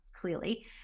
clearly